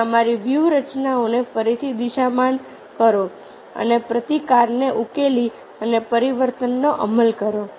અને અમારી વ્યૂહરચનાઓને ફરીથી દિશામાન કરો અને પ્રતિકારને ઉકેલો અને પરિવર્તનનો અમલ કરો